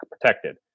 protected